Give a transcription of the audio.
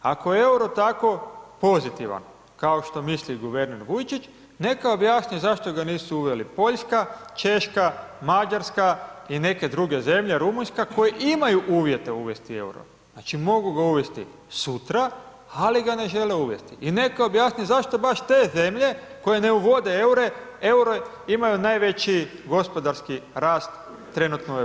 Ako je EUR-o tako pozitivan kao što misli guverner Vujčić, neka objasni zašto ga nisu uveli Poljska, Češka, Mađarska i neke druge zemlje, Rumunjska, koje imaju uvjete uvesti EUR-o, znači, mogu ga uvesti sutra, ali ga ne žele uvesti i neka objasni zašto baš te zemlje koje ne uvode EUR-e, imaju najveći gospodarski rast trenutno u Europi?